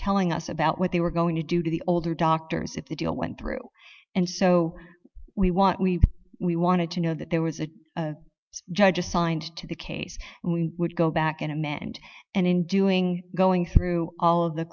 telling us about what they were going to do to the older doctors if the deal went through and so we want we we wanted to know that there was a judge assigned to the case and we would go back and amend and in doing going through all of the